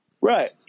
Right